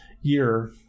year